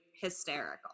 hysterical